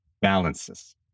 balances